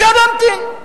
אפשר להמתין.